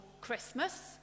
Christmas